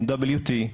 MWT,